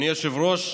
אדוני היושב-ראש,